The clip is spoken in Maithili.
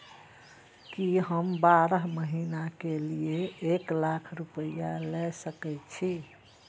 की हम बारह महीना के लिए एक लाख रूपया ले सके छी?